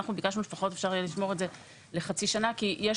ואנחנו ביקשנו שאפשר יהיה לשמור את זה לפחות לחצי שנה כי יש